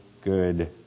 good